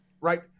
right